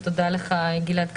גלעד קריב,